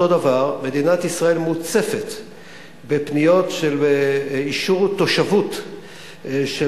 מדינת ישראל מוצפת בפניות לאישור תושבות של